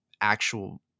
actual